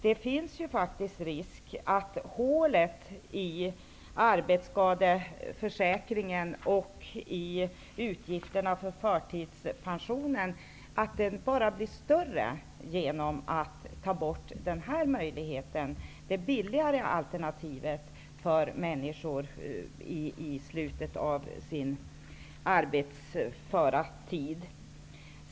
Det finns faktiskt risk för att hålet i arbetsskadeförsäkringen och i utgifterna för förtidspensionen bara blir större genom att man tar bort den här möjligheten, det billigare alternativet för människor i slutet av sin arbetsföra tid.